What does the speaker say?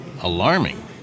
alarming